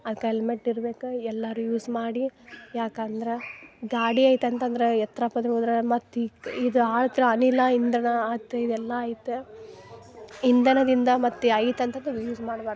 ಅದ್ಕೆ ಹೆಲ್ಮೆಟ್ ಇರ್ಬೇಕು ಎಲ್ಲರೂ ಯೂಸ್ ಮಾಡಿ ಯಾಕಂದ್ರೆ ಗಾಡಿ ಐತಿ ಅಂತಂದ್ರೆ ಎತ್ರ ಪತ್ರ ಹೋದರೆ ಮತ್ತು ಈಗ ಇದು ಆದ್ರೆ ಅನಿಲ ಇಂಧನ ಆಯ್ತ್ ಇದೆಲ್ಲ ಐತಿ ಇಂಧನದಿಂದ ಮತ್ತು ಐತಂತಂದು ಯೂಸ್ ಮಾಡ್ಬಾರ್ದು